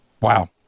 Wow